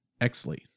Exley